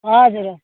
हजुर